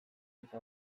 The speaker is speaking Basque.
dute